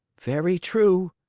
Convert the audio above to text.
very true,